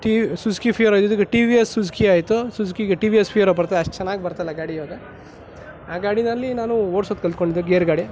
T Suzuki Fiero ಇದಿದ್ದು ಈಗ T V S Suzuki ಆಯ್ತು ಸುಝುಕಿ ಈಗ ಟಿ ವಿ ಎಸ್ ಫಿಯಾರೋ ಬರ್ತಾ ಅಷ್ಟು ಚೆನ್ನಾಗಿ ಬರ್ತಾ ಇಲ್ಲ ಗಾಡಿ ಈವಾಗ ಆ ಗಾಡಿಯಲ್ಲಿ ನಾನು ಓಡ್ಸೋದು ಕಲ್ತ್ಕೊಂಡಿದ್ದೆ ಗೇರ್ ಗಾಡಿ